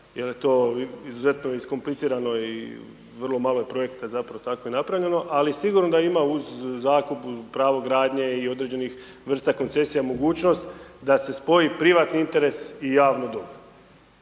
jel je to izuzetno iskomplicirano i vrlo je malo projekta zapravo tako i napravljeno, ali sigurno da ima uz zakup pravo gradnje i određenih vrsta koncesija mogućnost da se spoji privatni interes i javno dobro.